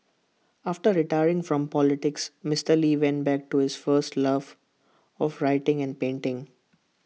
after retiring from politics Mister lee went back to his first love of writing and painting